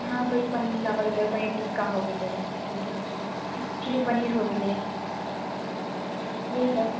हँ वही पनीर चावल हो गेलै पनीर टिक्का हो गेलै जइसे कि चिली पनीर हो गेलै यही सब